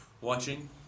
watching